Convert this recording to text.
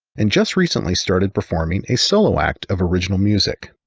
and just recently started performing a solo act of original music.